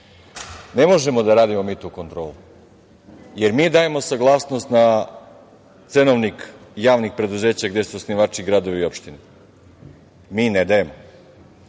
možemo da radimo mi tu kontrolu. Da li mi dajemo saglasnost na cenovnik javnih preduzeća gde su gradovi i opštine? Mi ne dajemo.